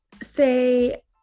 say